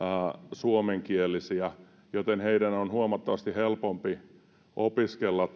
suomenkielisiä joten heidän on huomattavasti helpompi opiskella